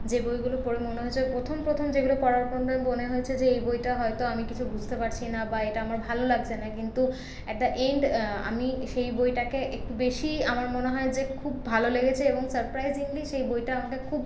যে বইগুলো পড়ে মনে হয়েছে প্রথম প্রথম যেগুলো পড়ার পর মনে হয়েছে যে এই বইটা হয়তো আমি কিছু বুঝতে পারছি না বা এটা আমার ভালো লাগছে না কিন্তু অ্যাট দা এন্ড আমিই সেই বইটাকে একটু বেশিই আমার মনে হয় যে খুব ভালো লেগেছে এবং সারপ্রাইসিংলি সেই বইটা আমাকে খুব